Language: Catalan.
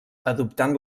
adoptant